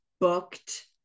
booked